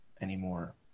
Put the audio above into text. anymore